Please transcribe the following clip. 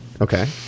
Okay